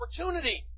opportunity